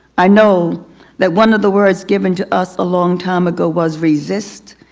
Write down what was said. i know that one of the words given to us a long time ago was resist.